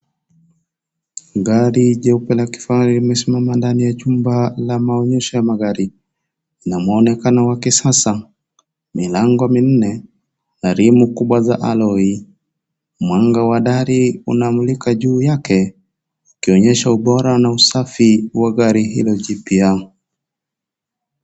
Gari jeupe la kifahari limesimama ndani ya chumba ya maonyesho ya magari , kuna mwonekano wa kisasa milango minne na rimu kubwa za alloy . Mwanga wa gari unamulika juu yake ukionyesha ubora na usafi wa gari hilo jipya.